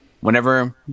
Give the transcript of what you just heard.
whenever